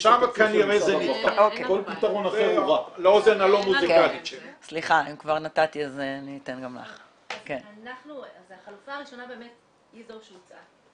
כנראה -- החלופה הראשונה באמת היא זו שהוצעה.